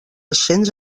ascens